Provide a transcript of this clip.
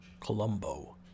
Colombo